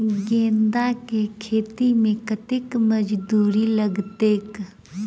गेंदा केँ खेती मे कतेक मजदूरी लगतैक?